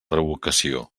revocació